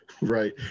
right